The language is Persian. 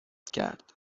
کرد